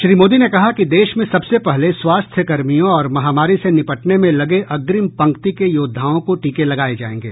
श्री मोदी ने कहा कि देश में सबसे पहले स्वास्थ्यकर्मियों और महामारी से निपटने में लगे अग्रिम पंक्ति के योद्धाओं को टीके लगाये जायेंगे